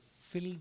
fill